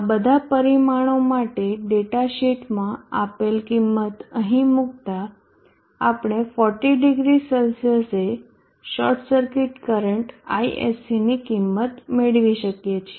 આ બધા પરિમાણો માટે ડેટા શીટમાં આપેલ કિંમત અહીં મુકતા આપણે 400 Cએ શોર્ટ સર્કિટ કરંટ ISCની કિંમત મેળવી શકીએ છીએ